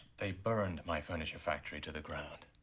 they burned my furniture factory to the ground,